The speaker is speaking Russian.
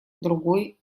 другой